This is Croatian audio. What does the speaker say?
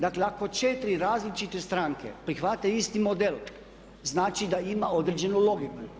Dakle ako 4 različite stranke prihvate isti model znači da ima određenu logiku.